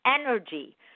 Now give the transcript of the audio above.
energy